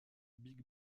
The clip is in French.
big